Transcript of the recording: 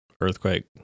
earthquake